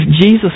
Jesus